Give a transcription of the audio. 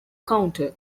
counter